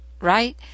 Right